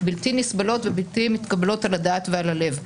בלתי נסבלות ובלתי מתקבלות על הדעת ועל הלב".